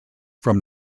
from